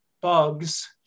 bugs